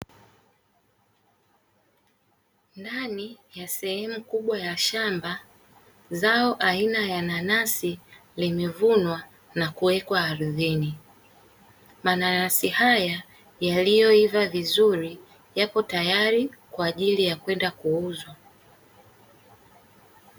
Ndani ya sehemu kubwa ya shamba, zao aina ya nanasi limevunwa na kuwekwa ardhini. Mananasi haya yaliyoiva vizuri, yapo tayari kwa ajili ya kwenda kuuzwa.